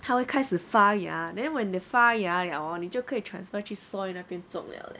他会开始发芽 then when they 发芽 liao hor 你就可以 transfer 去 soil 那边种 liao leh